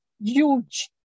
huge